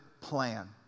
plan